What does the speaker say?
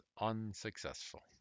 unsuccessful